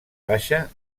baixa